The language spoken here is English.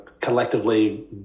collectively